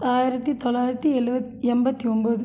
ஆயிரத்தி தொள்ளாயிரத்தி எழுபத் எண்பத்தி ஒம்பது